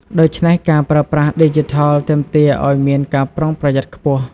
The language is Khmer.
ដូច្នេះ ការប្រើប្រាស់ឌីជីថលទាមទារឱ្យមានការប្រុងប្រយ័ត្នខ្ពស់។